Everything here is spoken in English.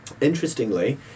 Interestingly